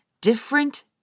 different